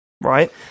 Right